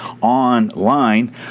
online